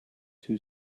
two